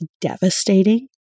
devastating